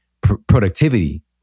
productivity